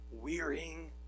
wearying